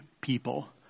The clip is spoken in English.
people